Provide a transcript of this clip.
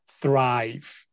thrive